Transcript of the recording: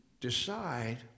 decide